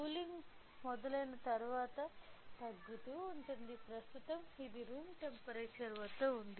cooling మొదలైన తర్వాత తగ్గుతూ ఉంటుంది ప్రస్తుతం ఇది రూమ్ టెంపరేచర్ వద్ద ఉంది